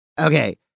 Okay